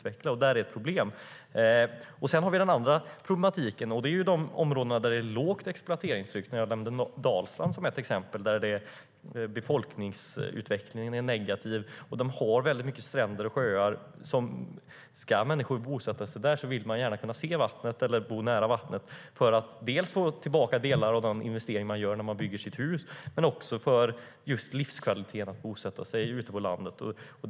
Det är ett problem. Sedan finns det ett annat problem, nämligen de områden där exploateringstrycket är lågt. Jag nämnde Dalsland som ett exempel. Befolkningsutvecklingen är negativ, och i området finns många stränder och sjöar. När människor bosätter sig där vill de gärna se vattnet eller bo nära vattnet. Då kan de få tillbaka delar av den investering de gör när de bygger sina hus och ta del av den livskvalitet som boende på landet innebär.